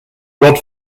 rod